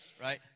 right